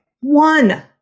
One